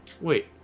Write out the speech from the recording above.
Wait